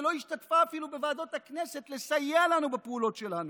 ולא השתתפה אפילו בוועדות הכנסת לסייע לנו בפעולות שלנו.